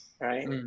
Right